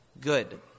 good